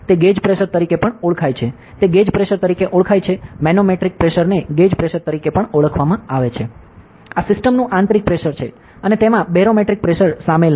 તે gauge pressure તરીકે પણ ઓળખાય છે તે ગેજ પ્રેશર તરીકે ઓળખાય છે મેનોમેટ્રિક પ્રેશરને ગેજ પ્રેશર તરીકે પણ ઓળખવામાં આવે છે આ સિસ્ટમનું આંતરિક પ્રેશર છે અને તેમાં બેરોમેટ્રિક પ્રેશર શામેલ નથી